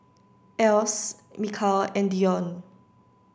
Else Mikal and Dionne